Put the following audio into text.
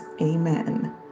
amen